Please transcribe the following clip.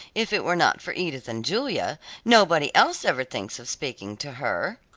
if it were not for edith and julia nobody else ever thinks of speaking to her.